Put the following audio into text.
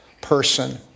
person